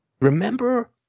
remember